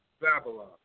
Babylon